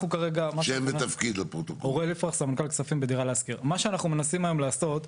מה שאנחנו מנסים לעשות,